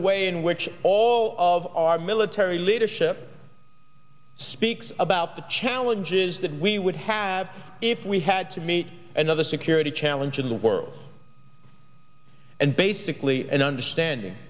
a way in which all of our military leadership speaks about the challenges that we would have if we had to meet another security challenge in the world and basically an understanding